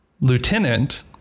lieutenant